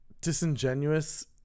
disingenuous